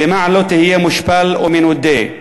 למען לא תהיה מושפל ומנודה.